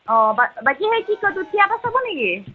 অঁ বাকী সেই কি কয় থিয়েটাৰ চাব নেকি